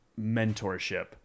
mentorship